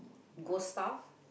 ghost stuff